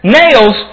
nails